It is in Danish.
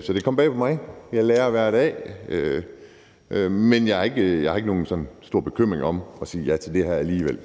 Så det kom bag på mig, men jeg lærer hver dag. Men jeg har ikke nogen sådan stor bekymring ved at sige ja til det her alligevel.